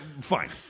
Fine